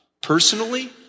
personally